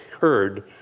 heard